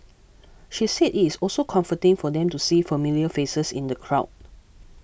she said it is also comforting for them to see familiar faces in the crowd